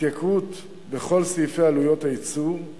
התייקרות בכל סעיפי עלויות הייצור,